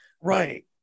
Right